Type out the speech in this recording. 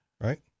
right